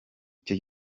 icyo